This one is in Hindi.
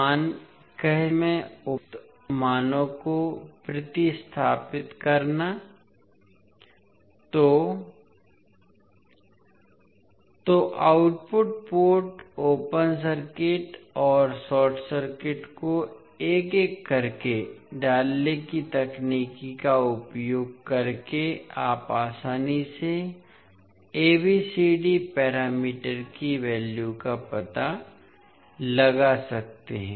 KCL में उपरोक्त मानों को प्रतिस्थापित करना तो तो आउटपुट पोर्ट ओपन सर्किट और शॉर्ट सर्किट को एक एक करके डालने की तकनीक का उपयोग करके आप आसानी से ABCD पैरामीटर की वैल्यू का पता लगा सकते हैं